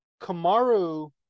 Kamaru